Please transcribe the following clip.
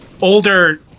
older